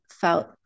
felt